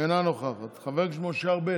אינה נוכחת, חבר הכנסת משה ארבל,